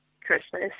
Christmas